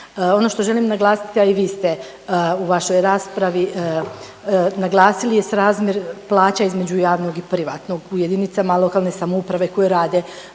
Ono što želim naglasiti, a i vi ste u vašoj raspravi naglasili je srazmjer plaća između javnog i privatnog u jedinicama lokalne samouprave koje rade